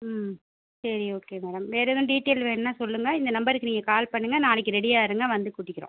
ம் சரி okay madam வேறு எதுவும் டீட்டெய்ல் வேணும்னா சொல்லுங்கள் இந்த நம்பருக்கு நீங்கள் கால் பண்ணுங்கள் நாளைக்கு ரெடியாக இருங்கள் வந்து கூட்டிக்கிறோம்